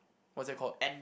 what's that called